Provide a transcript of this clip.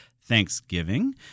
Thanksgiving